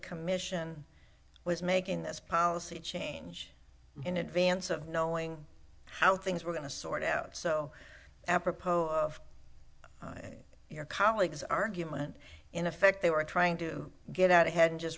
commission was making this policy change in advance of knowing how things were going to sort out so apropos of your colleagues argument in effect they were trying to get out ahead and just